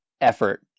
effort